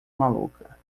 maluca